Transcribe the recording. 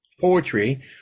poetry